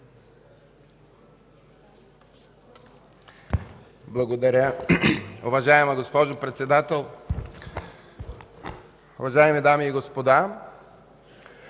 Благодаря.